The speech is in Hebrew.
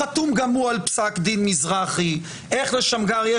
חתום גם הוא על פסק דין מזרחי; איך לשמגר יש